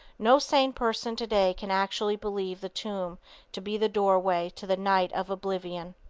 no sane person today can actually believe the tomb to be the doorway to the night of oblivion.